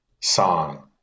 song